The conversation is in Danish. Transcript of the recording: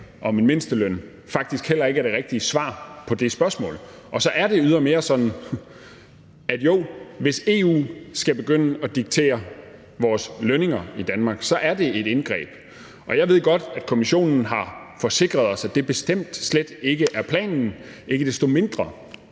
om en mindsteløn faktisk heller ikke er det rigtige svar på det spørgsmål. Og så er det ydermere sådan, at hvis EU skal begynde at diktere vores lønninger i Danmark, så er det et indgreb. Jeg ved godt, at Kommissionen har forsikret os, at det bestemt slet ikke er planen. Ikke desto mindre